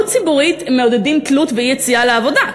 ציבורית מעודדים תלות ואי-יציאה לעבודה,